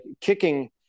kicking